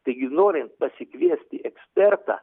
taigi norint pasikviesti ekspertą